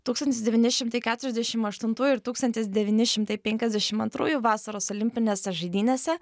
tūkstantis devyni šimtai keturiasdešim aštuntųjų ir tūkstantis devyni šimtai penkiasdešim antrųjų vasaros olimpinėse žaidynėse